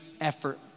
effort